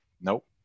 Nope